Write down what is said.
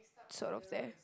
sort of there